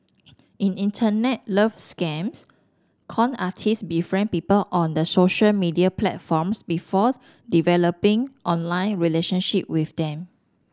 in Internet love scams con artist befriend people on the social media platforms before developing online relationship with them